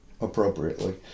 appropriately